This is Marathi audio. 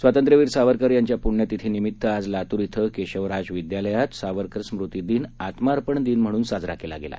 स्वातंत्र्यवीर सावरकर यांच्या पुण्यतिथीनिमीत्त आज लातूर इथं केशवराज विद्यालयात सावरकर स्मृती दिन आत्मार्पण दिन म्हणून साजरा केला गेला